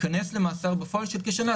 ייכנס למאסר בפועל של כשנה.